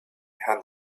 behind